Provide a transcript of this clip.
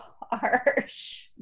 harsh